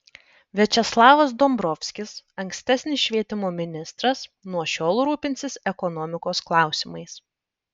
viačeslavas dombrovskis ankstesnis švietimo ministras nuo šiol rūpinsis ekonomikos klausimais